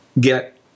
get